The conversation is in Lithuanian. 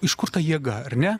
iš kur ta jėga ar ne